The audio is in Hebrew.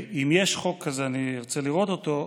אם יש חוק כזה אני ארצה לראות אותו,